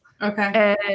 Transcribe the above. Okay